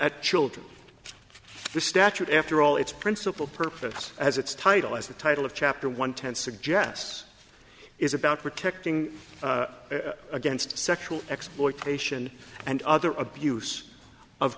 was children this statute after all its principal purpose as its title as the title of chapter one ten suggests is about protecting against sexual exploitation and other abuse of